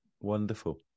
wonderful